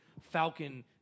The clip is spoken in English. Falcon